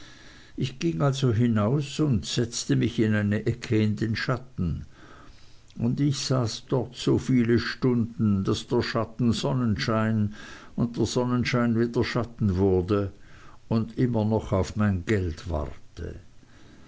ich ging also hinaus und setzte mich in eine ecke in den schatten und ich saß dort so viele stunden daß der schatten sonnenschein und der sonnenschein wieder schatten wurde und immer noch auf mein geld warte